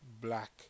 black